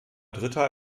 dritte